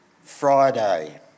Friday